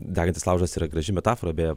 degantis laužas yra graži metafora beje